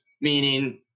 meaning